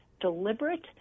deliberate